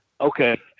Okay